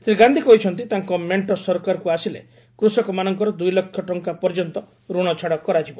ଶ୍ରୀ ଗାନ୍ଧି କହିଛନ୍ତି ତାଙ୍କ ମେଣ୍ଟ ସରକାରକ୍ର ଆସିଲେ କୃଷକମାନଙ୍କର ଦୂଇ ଲକ୍ଷ ଟଙ୍କା ପର୍ଯ୍ୟନ୍ତ ଋଣ ଛାଡ଼ କରାଯିବ